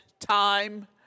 Time